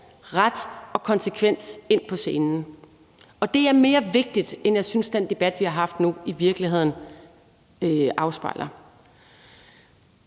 ret og konsekvens ind på scenen, og det er mere vigtigt, end jeg synes den debat, vi har haft nu, i virkeligheden afspejler.